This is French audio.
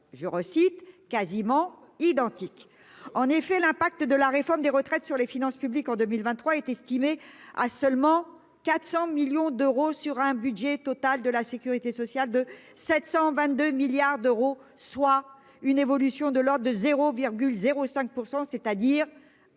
je récite quasiment identique en effet l'impact de la réforme des retraites sur les finances publiques en 2023 est estimé à seulement 400 millions d'euros sur un budget total de la sécurité sociale de 722 milliards d'euros, soit une évolution de l'ordre de 0, 0 5 %, c'est-à-dire